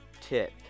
tip